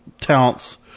talents